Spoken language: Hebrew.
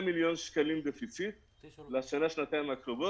100 מיליון שקלים לשנה שנתיים הקרובות,